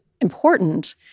important